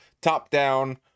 top-down